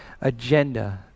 agenda